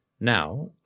Now